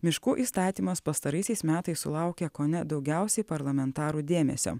miškų įstatymas pastaraisiais metais sulaukia kone daugiausiai parlamentarų dėmesio